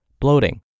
bloating